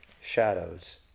shadows